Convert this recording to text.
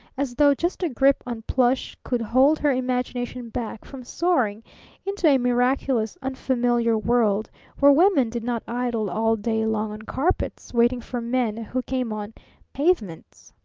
as though just a grip on plush could hold her imagination back from soaring into a miraculous, unfamiliar world where women did not idle all day long on carpets waiting for men who came on pavements.